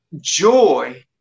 joy